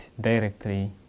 directly